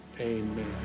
Amen